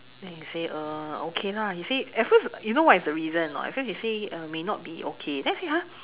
then he say uh okay lah he say at first you know what is the reason or not at first he say may not be okay then I say !huh!